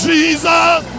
Jesus